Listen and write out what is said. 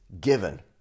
given